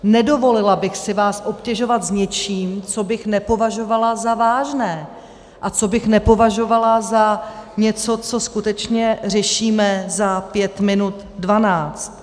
Nedovolila bych si vás obtěžovat s něčím, co bych nepovažovala za vážné a co bych nepovažovala za něco, co skutečně řešíme za pět minu dvanáct.